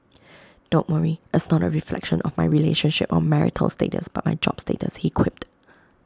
don't worry it's not A reflection of my relationship or marital status but my job status he quipped